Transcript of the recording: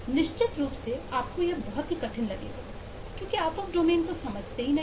निश्चित रूप से आपको यह बहुत कठिन दिखेगा क्योंकि आप उस डोमेन को नहीं समझते हैं